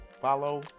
follow